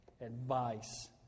advice